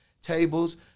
Tables